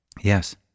Yes